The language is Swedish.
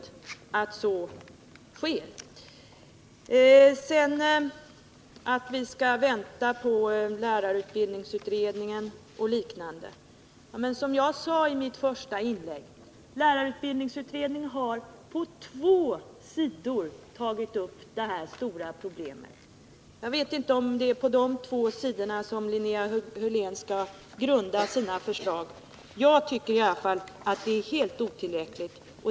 Beträffande talet om att vi skall vänta på lärarutbildningsutredningen vill jag, liksom jag gjorde i mitt första inlägg, säga att den utredningen har nöjt sig med att ta upp detta stora problem på två sidor. Är det på dessa två sidor som Linnea Hörlén skall grunda sina förslag? Jag tycker i alla fall att det är helt otillräckligt.